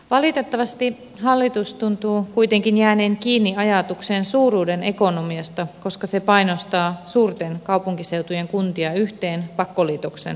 valitettavasti hallitus tuntuu kuitenkin jääneen kiinni ajatukseen suuruuden ekonomiasta koska se painostaa suurten kaupunkiseutujen kuntia yhteen pakkoliitoksen uhalla